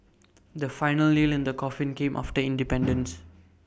the final nail in the coffin came after independence